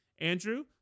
Andrew